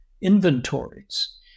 inventories